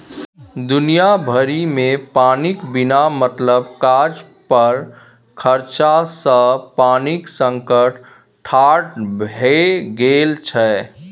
दुनिया भरिमे पानिक बिना मतलब काज पर खरचा सँ पानिक संकट ठाढ़ भए गेल छै